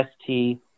ST